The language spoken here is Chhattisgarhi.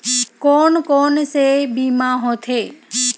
कोन कोन से बीमा होथे?